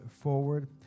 forward